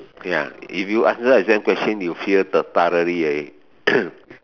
ya if you answer exam question you fail the thoroughly already